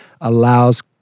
allows